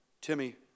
Timmy